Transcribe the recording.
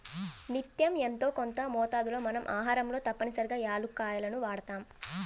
నిత్యం యెంతో కొంత మోతాదులో మన ఆహారంలో తప్పనిసరిగా యాలుక్కాయాలను వాడతాం